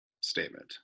statement